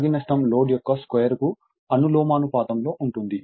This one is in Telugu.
రాగి నష్టం లోడ్ యొక్క స్క్వేర్ కు అనులోమానుపాతం లో ఉంటుంది